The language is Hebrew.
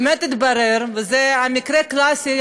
באמת התברר, וזה המקרה הקלאסי.